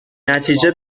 نتیجه